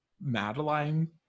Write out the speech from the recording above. Madeline